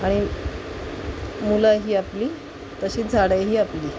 आणि मुलंही आपली तशीच झाडंही आपली